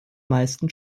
meisten